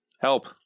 Help